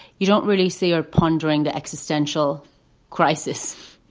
you don't really see or pondering the existential crisis.